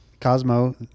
Cosmo